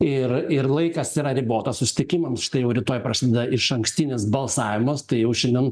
ir ir laikas yra ribotas susitikimams štai jau rytoj prasideda išankstinis balsavimas tai jau šiandien